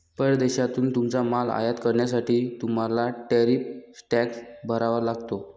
परदेशातून तुमचा माल आयात करण्यासाठी तुम्हाला टॅरिफ टॅक्स भरावा लागतो